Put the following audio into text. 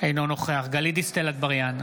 אינו נוכח גלית דיסטל אטבריאן,